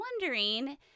wondering